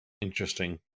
Interesting